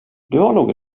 nog